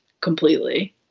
completely